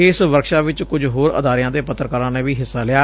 ਇਸ ਵਰਕਸ਼ਾਪ ਵਿਚ ਕੁਝ ਹੋਰ ਅਦਾਰਿਆਂ ਦੇ ਪੱਤਕਰਕਾਰਾਂ ਨੇ ਵੀ ਹਿੱਸਾ ਲਿਆ